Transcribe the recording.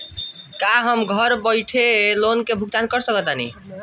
का हम घर बईठे लोन के भुगतान के शकेला?